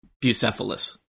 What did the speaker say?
Bucephalus